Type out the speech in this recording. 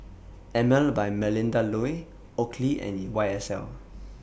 Emel By Melinda Looi Oakley and Y S L